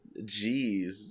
Jeez